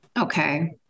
Okay